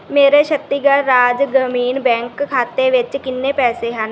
ਮੇਰੇ ਛੱਤੀਗੜ੍ਹ ਰਾਜ ਗ੍ਰਾਮੀਣ ਬੈਂਕ ਖਾਤੇ ਵਿੱਚ ਕਿੰਨੇ ਪੈਸੇ ਹਨ